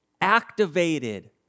activated